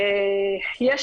מצד שני,